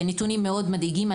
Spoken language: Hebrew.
אלה נתונים מדאיגים מאוד.